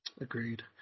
agreed